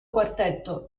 quartetto